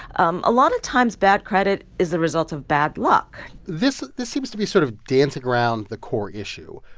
um a lot of times bad credit is the result of bad luck this this seems to be sort of dancing around the core issue.